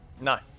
No